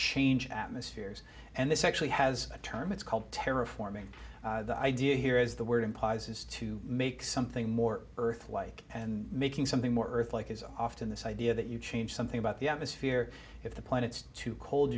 change atmospheres and this actually has a term it's called terra forming the idea here is the word implies is to make something more earth like and making something more earth like is often this idea that you change something about the atmosphere if the planet's too cold